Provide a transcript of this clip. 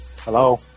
Hello